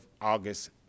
August